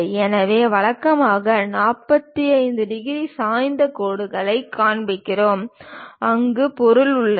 எனவே வழக்கமாக 45 டிகிரி சாய்ந்த கோடுகளைக் காண்பிக்கிறோம் அங்கு பொருள் உள்ளது